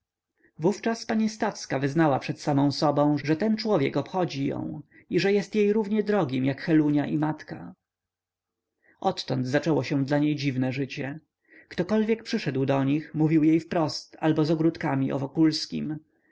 wówczas pani stawska wyznała przed samą sobą że ten człowiek obchodzi ją i że jest jej równie drogim jak helunia i matka odtąd zaczęło się dla niej dziwne życie ktokolwiek przyszedł do nich mówił jej wprost albo z ogródkami o wokulskim